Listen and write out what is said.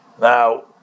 Now